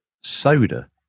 soda